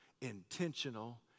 intentional